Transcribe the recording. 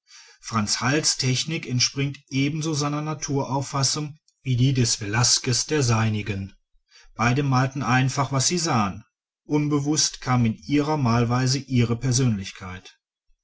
franz hals technik entspringt ebenso seiner naturauffassung wie die des velasquez der seinigen beide malten einfach was sie sahen unbewußt kam in ihre malweise ihre persönlichkeit